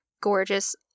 gorgeous